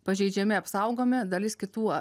pažeidžiami apsaugomi dalis kitų